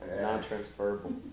Non-transferable